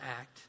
act